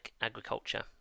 agriculture